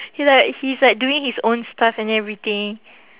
he like he's like doing his own stuff and everything